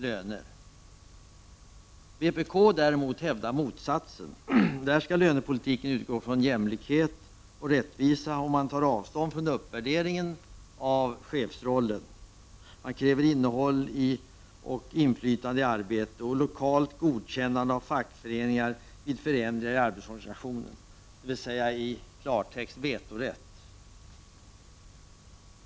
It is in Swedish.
Vpk hävdar däremot motsatsen. Lönepolitiken skall utgå från jämlikhet och rättvisa och man tar avstånd från uppvärderingen av chefsrollen. Vpk kräver innehåll i och inflytande på arbetet och lokalt godkännande av fackföreningar vid förändringar i arbetsorganisationen, dvs. i klartext vetorätt.